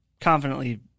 confidently